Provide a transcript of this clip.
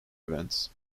events